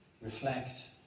reflect